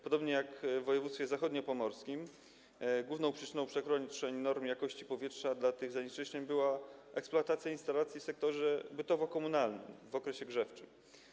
Podobnie jak w województwie zachodniopomorskim, główną przyczyną przekroczenia norm jakości powietrza dla tych zanieczyszczeń była eksploatacja instalacji w sektorze bytowo-komunalnym w okresie grzewczym.